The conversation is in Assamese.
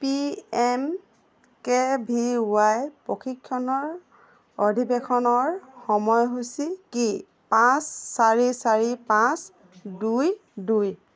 P M K V Y প্ৰশিক্ষণ অধিৱেশনৰ সময়সূচী কি পাঁচ চাৰি চাৰি পাঁচ দুই দুই